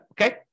Okay